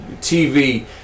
TV